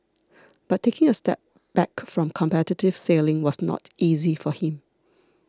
but taking a step back from competitive sailing was not easy for him